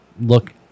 look